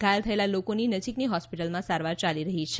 ઘાયલ થયેલા લોકોની નજીકની હોસ્પિટલમાં સારવાર ચાલી રહી છે